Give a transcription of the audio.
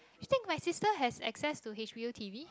you think my sister has access to H_b_O T_V